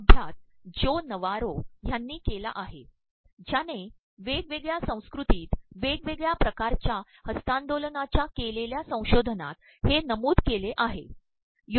हा अभ्यास जो नवारो ह्यांनी केला आहे ज्याने वेगवेगळ्या संस्त्कृतीत वगे वेगळ्या िकारच्या हस्त्तांदोलनाच्या के लेल्या संशोधनात हे नमूद केले आहे